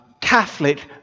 Catholic